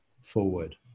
forward